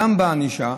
גם בענישה,